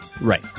Right